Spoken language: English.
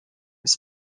was